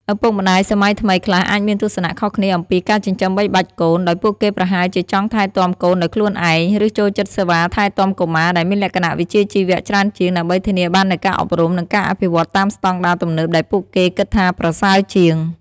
ឪពុកម្ដាយសម័យថ្មីខ្លះអាចមានទស្សនៈខុសគ្នាអំពីការចិញ្ចឹមបីបាច់កូន ដោយពួកគេប្រហែលជាចង់ថែទាំកូនដោយខ្លួនឯង ឬចូលចិត្តសេវាថែទាំកុមារដែលមានលក្ខណៈវិជ្ជាជីវៈច្រើនជាង ដើម្បីធានាបាននូវការអប់រំ និងការអភិវឌ្ឍន៍តាមស្តង់ដារទំនើបដែលពួកគេគិតថាប្រសើរជាង។